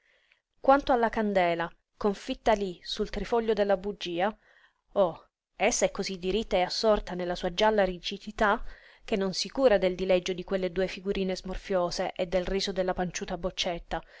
quanto alla candela confitta lí sul trifoglio della bugia oh essa è cosí diritta e assorta nella sua gialla rigidità che non si cura del dileggio di quelle due figurine smorfiose e del riso della panciuta boccetta